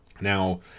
Now